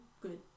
good